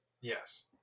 Yes